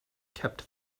kept